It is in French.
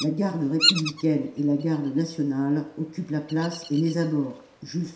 la garde républicaine et la garde nationale occupent la place et les abords jules